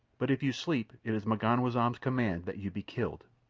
but if you sleep it is m'ganwazam's command that you be killed.